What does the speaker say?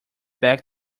back